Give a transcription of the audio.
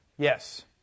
Yes